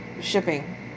shipping